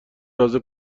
تازه